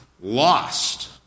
lost